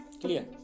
clear